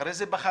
אחרי זה בחרדים,